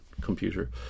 computer